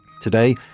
Today